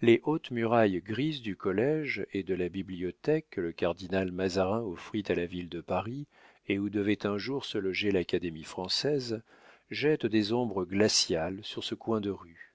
les hautes murailles grises du collége et de la bibliothèque que le cardinal mazarin offrit à la ville de paris et où devait un jour se loger l'académie française jettent des ombres glaciales sur ce coin de rue